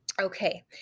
Okay